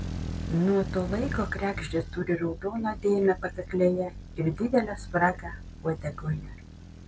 nuo to laiko kregždės turi raudoną dėmę pakaklėje ir didelę spragą uodegoje